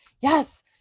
yes